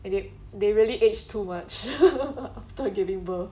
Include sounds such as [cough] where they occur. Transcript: and they they really age too much [laughs] after giving birth